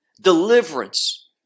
deliverance